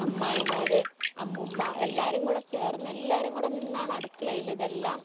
അമ്മായിമാർ അമ്മൂമ്മ എല്ലാവരും കൂടി ചേർന്ന് എല്ലാവരും കൂടി നിന്നാണ് അടുക്കളയിൽ ഇതെല്ലാം